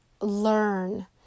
learn